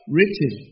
Written